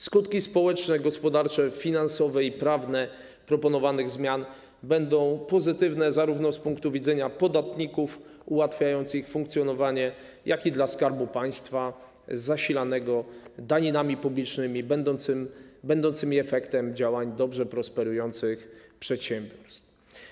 Skutki społeczne, gospodarcze, finansowe i prawne proponowanych zmian będą pozytywne zarówno z punktu widzenia podatników, ułatwiając ich funkcjonowanie, jak i Skarbu Państwa zasilanego daninami publicznymi będącymi efektem działań dobrze prosperujących przedsiębiorstw.